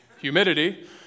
humidity